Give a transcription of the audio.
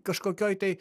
kažkokioj tai